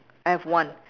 I have one